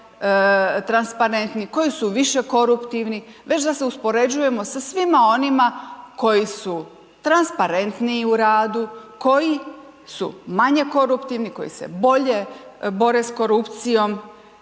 koji su više koruptivni, već da se uspoređujemo sa svima onima koji su transparentniji u radu, koji su manje koruptivni, koji se bolje bore s korupcijom